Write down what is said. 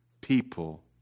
people